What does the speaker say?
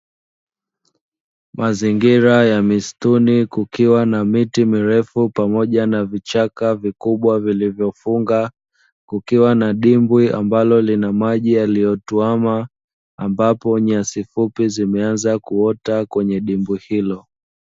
Mazingira ya misituni kukiwa na miti mirefu pamoja na vichaka vikubwa vilivyofunga, kukiwa na dimbwi ambalo lina maji yaliyotwama. Ambapo nyasi fupi zimeanza kwenye dimbwi hilo.